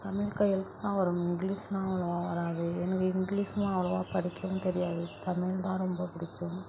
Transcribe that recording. தமிழ் கையெழுத்து தான் வரும் இங்கிலீஸ்லாம் அவ்வளோவா வராது எனக்கு இங்கிலீஸ்லாம் அவ்வளோவா படிக்கவும் தெரியாது தமிழ் தான் ரொம்ப பிடிக்கும்